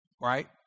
right